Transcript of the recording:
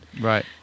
Right